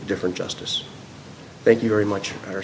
different justice thank you very much